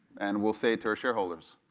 and we'll say it to our shareholders,